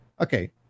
Okay